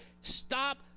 Stop